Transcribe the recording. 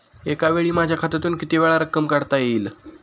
एकावेळी माझ्या खात्यातून कितीवेळा रक्कम काढता येईल?